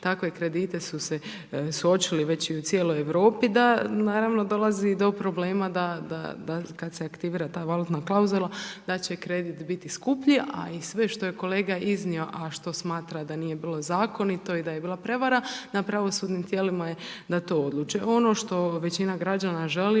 takve kredite su se suočili već i u cijeloj Europi da, naravno da dolazi do problema da, da, da kad se aktivira ta valutna klauzula da će kredit biti skuplji, a i sve što je kolega iznio, a što smatra da nije bilo zakonito i da je bila prevara, na pravosudnim tijelima je da to odluče. Ono što većina građana želi,